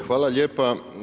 Hvala lijepa.